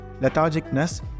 lethargicness